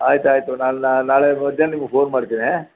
ಆಯ್ತು ಆಯಿತು ನಾನು ನಾಳೆ ಮಧ್ಯಾಹ್ನ ನಿಮಗೆ ಫೋನ್ ಮಾಡ್ತೇನೆ